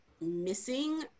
missing